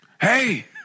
Hey